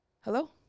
Hello